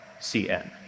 CN